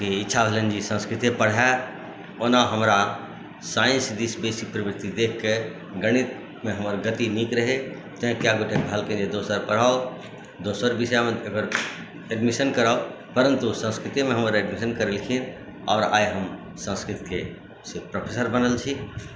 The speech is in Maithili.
के इच्छा भेलनि जे ई संस्कृते पढ़ए ओना हमरा साइंस दिश बेसी प्रवृत्ति देखिके गणितमे हमर गति नीक रहए तैँ कए गोटे दोसर कहलकै जे दोसर पढ़ाउ दोसर विषयमे एकर एडमिशन कराउ परन्तु संस्कृतेमे हमर एडमिशन करेलखिन आओर आइ हम संस्कृतके से प्रोफेसर बनल छी